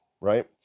right